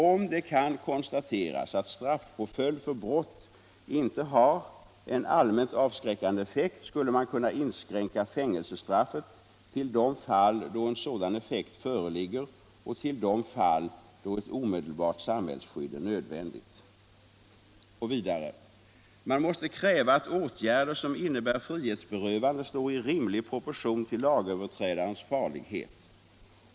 Om det kan konstateras att straffpåföljd för brott inte har en allmänt avskräckande effekt skulle man kunna inskränka fängelsestraffet till de fall då en sådan effekt föreligger och till de fall då ett omedelbart samhällsskydd är nödvändigt.” Och vidare: ”Man måste kräva att åtgärder som innebär frihetsberövande står i rimlig proportion till lagöverträdarens samhällsfarlighet.